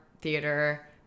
theater